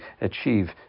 achieve